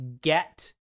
get